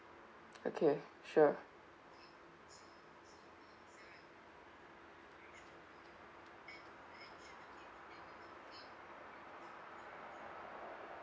okay sure